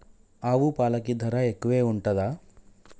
ఆవు పాలకి ధర ఎక్కువే ఉంటదా?